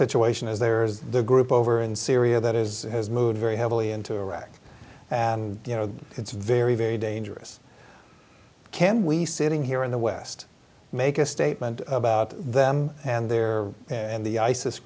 situation is there is the group over in syria that is has moved very heavily into iraq and you know it's very very dangerous can we sitting here in the west make a statement about them and their and the isis